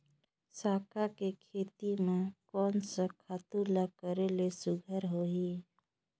साग के खेती म कोन स खातु ल करेले सुघ्घर होही?